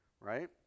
right